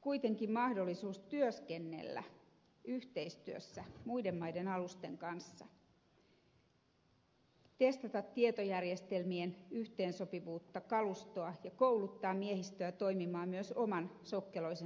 kuitenkin mahdollisuus työskennellä yhteistyössä muiden maiden alusten kanssa testata tietojärjestelmien yhteensopivuutta ja kalustoa ja kouluttaa miehistöä toimimaan myös oman sokkeloisen saaristomme ulkopuolella